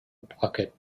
pocket